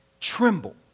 tremble